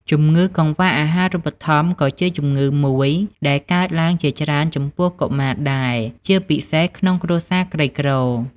ជម្ងឺកង្វះអាហារូបត្ថម្ភក៏ជាជម្ងឺមួយដែលកើតឡើងជាច្រើនចំពោះកុមារដែរ ជាពិសេសក្នុងគ្រួសារក្រីក្រ។